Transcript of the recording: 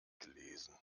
gelesen